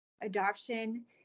adoption